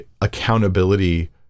accountability